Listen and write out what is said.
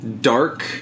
dark